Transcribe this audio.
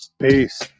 Peace